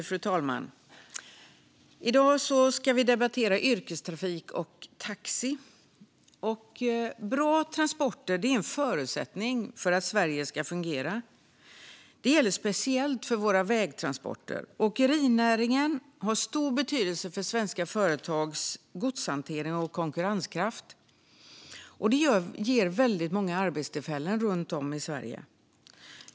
Fru talman! I dag ska vi debattera yrkestrafik och taxi. Bra transporter är en förutsättning för att Sverige ska fungera. Det gäller speciellt för våra vägtransporter. Åkerinäringen har stor betydelse för svenska företags godshantering och konkurrenskraft. Den ger väldigt många jobbtillfällen runt om i Sverige.